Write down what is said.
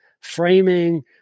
framing